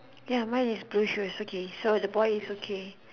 ya mine is blue shoes okay so the boy is okay